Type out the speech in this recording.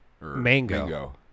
Mango